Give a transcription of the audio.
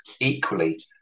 equally